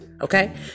okay